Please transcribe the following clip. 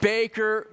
Baker